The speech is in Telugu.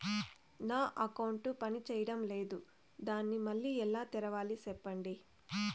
నా అకౌంట్ పనిచేయడం లేదు, దాన్ని మళ్ళీ ఎలా తెరవాలి? సెప్పండి